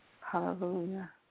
Hallelujah